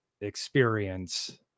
experience